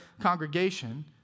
congregation